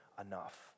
enough